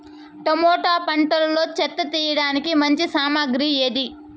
Tomato పంటలో చెత్త తీయడానికి మంచి సామగ్రి ఏది?